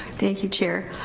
thank you chair